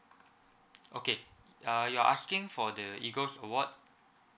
okay you're asking for the eagles award